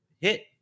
hit